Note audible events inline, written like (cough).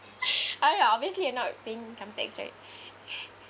(laughs) I mean uh obviously you are not paying income tax right (laughs)